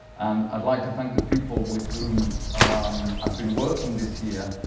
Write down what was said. and i'd like to thank the people with whom um i've been working this year,